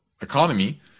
economy